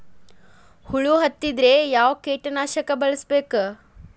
ಹುಳು ಹತ್ತಿದ್ರೆ ಯಾವ ಕೇಟನಾಶಕ ಬಳಸಬೇಕ?